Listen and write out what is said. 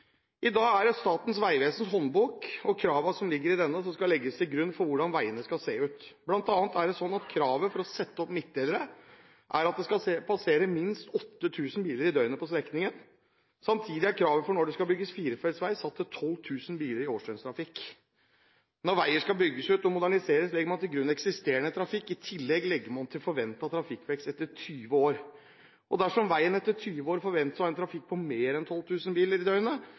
I dag er det Statens vegvesens håndbok og kravene som ligger i denne, som skal legges til grunn for hvordan veiene skal se ut. Blant annet er det sånn at kravet for å sette opp midtdelere er at det skal passere minst 8 000 biler i døgnet på strekningen. Samtidig er kravet for når det skal bygges firefeltsvei, satt til 12 000 biler i årsdøgntrafikk. Når veier skal bygges ut og moderniseres, legger man til grunn eksisterende trafikk. I tillegg legger man til forventet trafikkvekst etter 20 år. Og dersom veien etter 20 år forventes å ha en trafikk på mer enn 12 000 biler i døgnet,